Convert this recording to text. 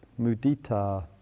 mudita